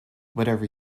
whatever